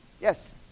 Yes